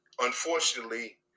unfortunately